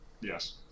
Yes